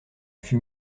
fut